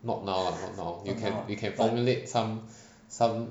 not now ah not now you can violate some some